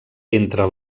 entre